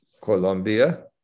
Colombia